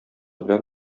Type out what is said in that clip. белән